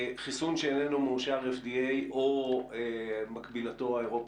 חיסון שאיננו מאושר FDA או מקבילתו האירופאית,